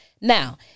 Now